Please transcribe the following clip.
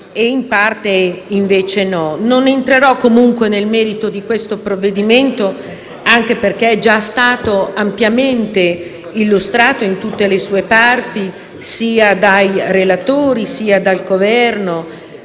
in parte no. Non entrerò comunque nel merito del provvedimento in esame, che è già stato ampiamente illustrato in tutte le sue parti dai relatori e dal Governo.